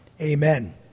Amen